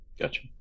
gotcha